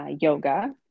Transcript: yoga